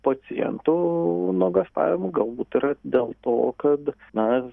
pacientų nuogąstavimų galbūt yra dėl to kad mes